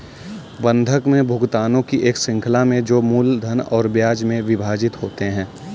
बंधक में भुगतानों की एक श्रृंखला में जो मूलधन और ब्याज में विभाजित होते है